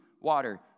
water